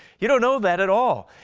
you don't know that at all.